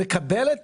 מקבלת